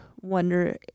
wonder